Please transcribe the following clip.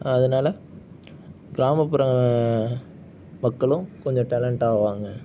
அதனால் கிராமப்புற மக்களும் கொஞ்சம் டேலண்டாவாங்க